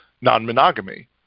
non-monogamy